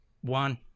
one